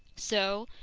so,